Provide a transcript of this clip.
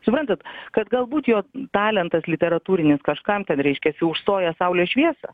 suprantate kad galbūt jo talentas literatūrinis kažkam ten reiškiasi užstoja saulės šviesą